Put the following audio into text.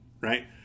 right